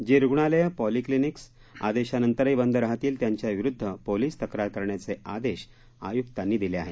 जी रुग्णालयं पॉलीक्लिनिक्स आदेशानंतरही बंद राहतील त्यांच्या विरुद्ध पोलीस तक्रार नोंदण्याचे आदेश आयुक्तांनी दिले आहेत